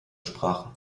sprachen